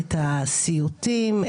את הסיוטים,